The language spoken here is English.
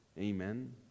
Amen